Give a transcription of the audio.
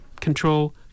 control